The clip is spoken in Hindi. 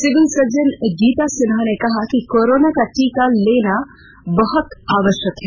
civil surgeon doctor Geeta Sinha ने कहा कि कोरोना का टीका लेना बहत आवश्यक है